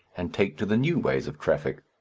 and take to the new ways of traffic.